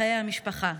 בחיי המשפחה?